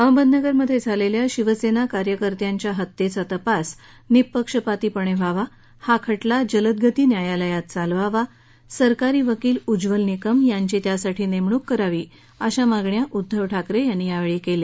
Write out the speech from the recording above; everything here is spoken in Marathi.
अहमदनगरमध्ये झालेल्या शिवसेना कार्यकर्त्यांच्या हत्येचा तपास निपक्षपातीपणे व्हावा हा खटला जलद गती न्यायालयात चालवावा सरकारी वकील उज्वल निकम यांची त्यासाठी नेमणूक करावी अश्या मागण्या उद्धव ठाकरे यांनी यावेळी केल्या